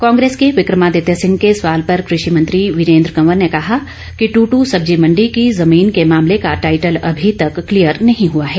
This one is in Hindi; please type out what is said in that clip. कांग्रेस को विक्रमादित्य सिंह के सवाल पर कृषि मंत्री वीरेंद्र कंवर ने कहा कि दुदू सब्जी मंडी की जमीन के मामले का टाइटल अभी तक क्लीयर नहीं हुआ है